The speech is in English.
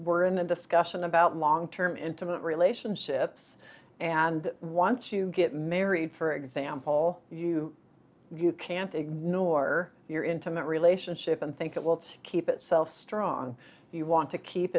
we're in a discussion about long term intimate relationships and once you get married for example you you can't ignore your intimate relationship and think it will keep itself strong you want to keep